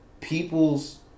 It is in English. people's